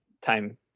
time